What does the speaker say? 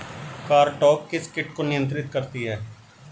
Cartap किस किट को नियंत्रित करती है?